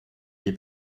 hier